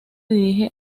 dirige